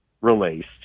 released